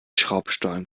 schraubstollen